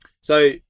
So-